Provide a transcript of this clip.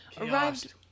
arrived